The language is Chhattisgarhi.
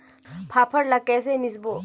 फाफण ला कइसे मिसबो?